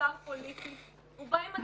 ששר פוליטי בא עם אג'נדה,